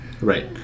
Right